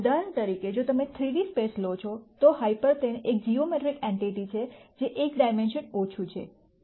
ઉદાહરણ તરીકે જો તમે 3D સ્પેસ લો છો તો હાયપર પ્લેન એક જીઓમેટ્રીક એન્ટિટી છે જે 1 ડાયમેન્શન ઓછું છે